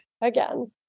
again